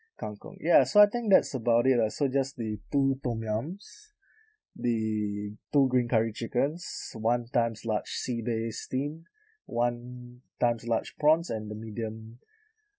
kang kong ya so I think that's about it lah so just the two tom yums the two green curry chickens one times large sea bass steam one times large prawns and the medium